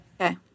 Okay